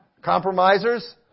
compromisers